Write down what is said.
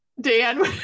Dan